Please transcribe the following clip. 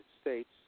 States